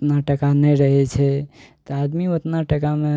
ओतना टका नहि रहै छै तऽ आदमी ओतना टकामे